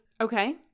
Okay